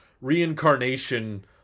reincarnation